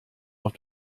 auf